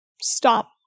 stop